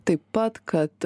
taip pat kad